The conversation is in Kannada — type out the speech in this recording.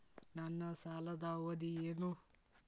ನನ್ನ ಸಾಲದ ಅವಧಿ ಏನು?